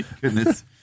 goodness